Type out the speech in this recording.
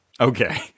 okay